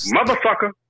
Motherfucker